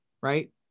right